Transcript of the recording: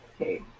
Okay